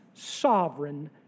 Sovereign